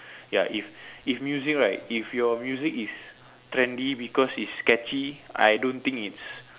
ya if if music right if your music is trendy because it's catchy I don't think it's